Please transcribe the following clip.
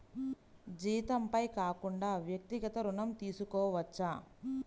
జీతంపై కాకుండా వ్యక్తిగత ఋణం తీసుకోవచ్చా?